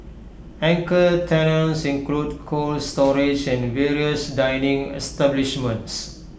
anchor tenants include cold storage and various dining establishments